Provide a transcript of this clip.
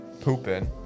pooping